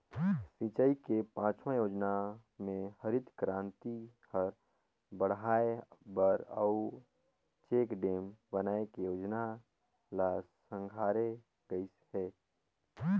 सिंचई के पाँचवा योजना मे हरित करांति हर बड़हाए बर अउ चेकडेम बनाए के जोजना ल संघारे गइस हे